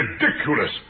ridiculous